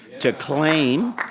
to claim.